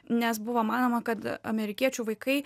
nes buvo manoma kad amerikiečių vaikai